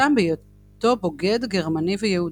והוא הואשם בהיותו בוגד גרמני ויהודי.